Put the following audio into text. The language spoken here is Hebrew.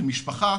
כמשפחה,